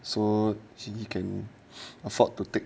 so she you can afford to take